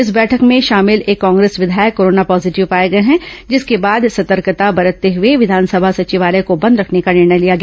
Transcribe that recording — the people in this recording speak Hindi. इस बैठक में शामिल एक कांग्रेस विधायक कोरोना पॉजीटिव पाए गए हैं जिसके बाद सतर्कता बरतते हुए विधानसभा सचिवालय को बंद रखने का निर्णय लिया गया